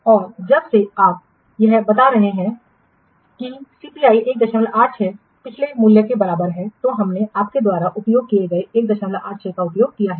और जब से आप यह बता रहे हैं कि सीपीआई 186 पिछले मूल्य के बराबर है तो हमने आपके द्वारा उपयोग किए गए 186 का उपयोग किया है